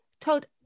told